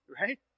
Right